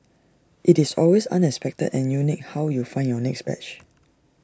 IT is always unexpected and unique how you find your next badge